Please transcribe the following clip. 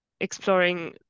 exploring